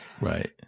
right